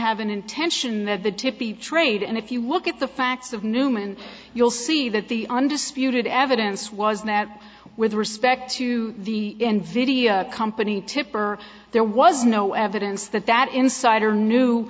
have an intention that the tipi trade and if you look at the facts of newman you'll see that the undisputed evidence was that with respect to the nvidia company tipper there was no evidence that that insider knew